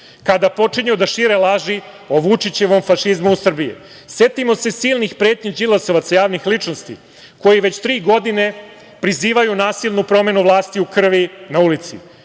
kada počinju da šire laži o Vučićevom fašizmu u Srbiji. Setimo se silnih pretnji Đilasovaca, javnih ličnosti, koji već tri godine prizivaju nasilnu promenu vlasti u krvi na